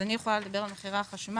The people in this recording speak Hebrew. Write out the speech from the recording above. אז אני יכולה לדבר על מחירי החשמל.